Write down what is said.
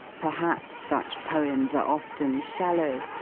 perhaps such poems are often shallow,